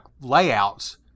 layouts